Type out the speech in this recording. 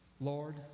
Lord